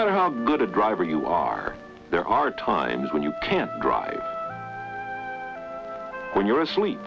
matter how good a driver you are there are times when you can't drive when you're asleep